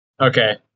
Okay